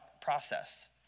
process